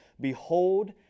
behold